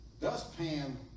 dustpan